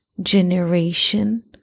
generation